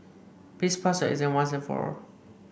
please pass your exam once and for all